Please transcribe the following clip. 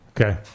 okay